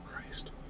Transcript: Christ